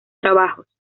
trabajos